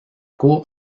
cour